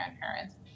grandparents